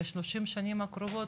ב-30 שנים הקרובות,